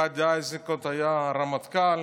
גדי איזנקוט היה הרמטכ"ל.